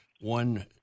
one